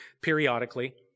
periodically